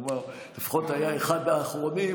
או לפחות הוא היה אחד האחרונים,